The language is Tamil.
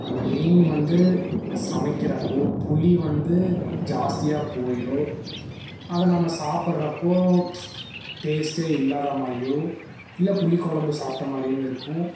அந்த மீன் வந்து சமைக்கிறப்போது புளி வந்து ஜாஸ்தியாக போயிடும் அதை நம்ம சாப்பிட்றப்போ டேஸ்ட்டே இல்லாத மாதிரியோ இல்லை புளிக்குழம்பு சாப்பிட்ட மாதிரியும் இருக்கும்